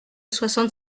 soixante